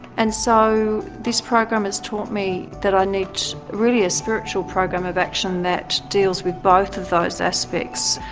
and so this program has taught me that i need really a spiritual program of action that deals with both of those aspects.